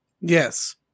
Yes